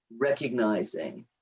recognizing